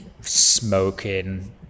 smoking